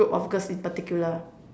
group of girls in particular